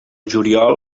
juliol